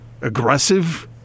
aggressive